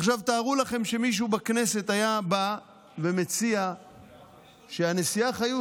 עכשיו תארו לכם שמישהו בכנסת היה בא ומציע שהנשיאה חיות,